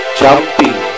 jumping